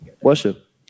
Worship